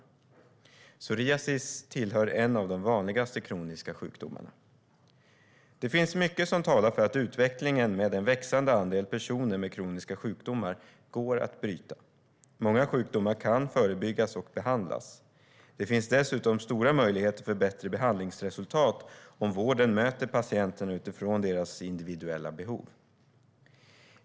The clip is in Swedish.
Psoriasis tillhör de vanligaste kroniska sjukdomarna. Det finns mycket som talar för att utvecklingen med en växande andel personer med kroniska sjukdomar går att bryta. Många sjukdomar kan förebyggas och behandlas. Det finns dessutom stora möjligheter för bättre behandlingsresultat om vården möter patienterna utifrån deras individuella behov.